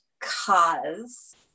cause